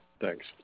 Thanks